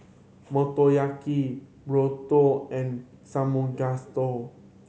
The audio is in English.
Motoyaki Burrito and Samgeyopsal